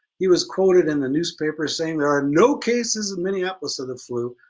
he was quoted in the newspaper saying, there are no cases of minneapolis of the flu,